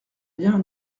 bien